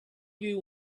you